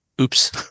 Oops